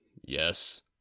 yes